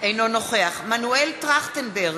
אינו נוכח מנואל טרכטנברג,